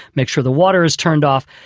make sure the water is turned off,